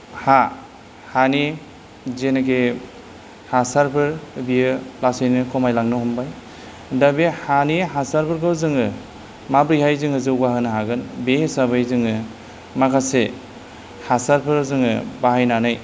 हा हानि जेनोखि हासारफोर बियो लासैनो खमायलांनो हमबाय दा बेनि हानि हासारफोरखौ जोङो माबेरैहाय जोङो जौगाहोनो हागोन बे हिसाबै जोङो माखासे हासारफोर जोङो बाहायनानै